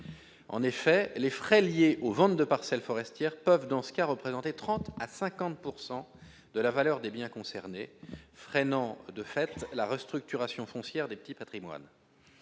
En effet, les frais liés aux ventes de parcelles forestières peuvent représenter 30 % à 50 % de la valeur des biens concernés, ce qui freine, de fait, la restructuration foncière des petits patrimoines.